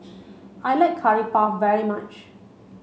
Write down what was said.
I like curry puff very much